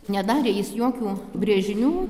nedarė jis jokių brėžinių